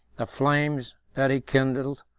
the flames that he kindled,